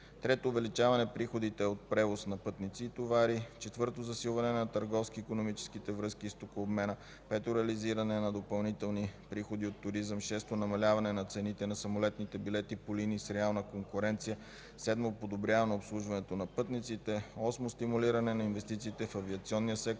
- увеличаване приходите от превоз на пътници и товари; - засилване на търговско-икономическите връзки и стокообмен; - реализиране на допълнителни приходи от туризъм; - намаляване на цените на самолетните билети по линии с реална конкуренция; - подобряване обслужването на пътниците; - стимулиране на инвестициите в авиационния сектор